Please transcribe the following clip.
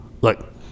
look